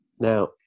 Now